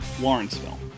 Lawrenceville